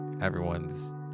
everyone's